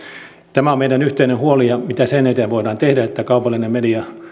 tämä on meidän yhteinen huolemme ja mitä sen eteen voidaan tehdä että kaupallinen media